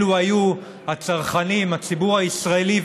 אלו היו הצרכנים, הציבור הישראלי.